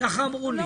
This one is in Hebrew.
ככה אמרו לי.